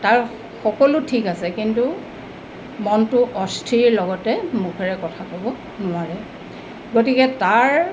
তাৰ সকলো ঠিক আছে কিন্তু মনটো অস্থিৰ লগতে মুখেৰে কথা ক'ব নোৱাৰে গতিকে তাৰ